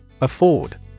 Afford